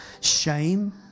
shame